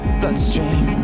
bloodstream